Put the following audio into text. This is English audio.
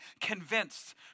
convinced